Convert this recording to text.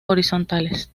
horizontales